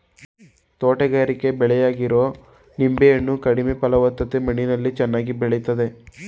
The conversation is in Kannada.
ತೋಟಗಾರಿಕೆ ಬೆಳೆಯಾಗಿರೊ ನಿಂಬೆ ಹಣ್ಣು ಕಡಿಮೆ ಫಲವತ್ತತೆ ಮಣ್ಣಲ್ಲಿ ಚೆನ್ನಾಗಿ ಬೆಳಿತದೆ